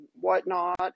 whatnot